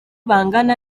bangana